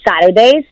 Saturdays